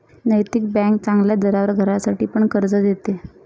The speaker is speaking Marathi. नैतिक बँक चांगल्या दरावर घरासाठी पण कर्ज देते